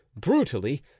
brutally